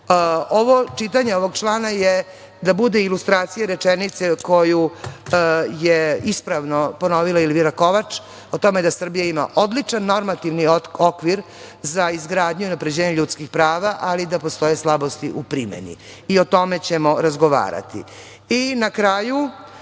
godine. Čitanje ovog člana je da bude ilustracija rečenici koju je ispravno ponovila Elvira Kovač o tome da Srbija ima odličan normativni okvir za izgradnju i unapređenje ljudskih prava, ali da postoje slabosti u primeni i o tome ćemo razgovarati. Na kraju